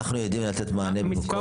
עכו, למשל